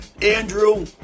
Andrew